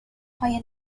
های